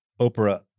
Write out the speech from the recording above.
Oprah